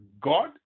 God